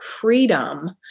freedom